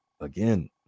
again